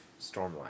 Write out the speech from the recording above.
Stormlight